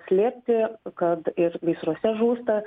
slėpti kad ir gaisruose žūsta